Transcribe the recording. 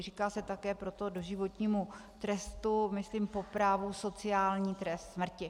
Říká se také proto doživotnímu trestu, myslím po právu, sociální trest smrti.